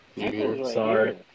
sorry